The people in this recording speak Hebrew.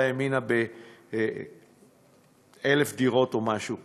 או ימינה ב-1,000 דירות או משהו כזה.